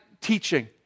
teaching